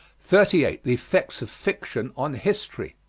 thirty eight. the effects of fiction on history.